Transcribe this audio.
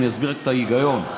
אסביר רק את ההיגיון.